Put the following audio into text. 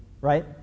right